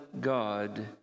God